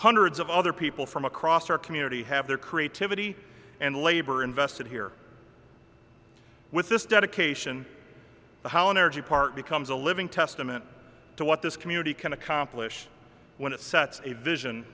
hundreds of other people from across our community have their creativity and labor invested here with this dedication to how energy part becomes a living testament to what this community can accomplish when it sets a vision